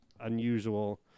unusual